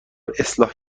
اصلاح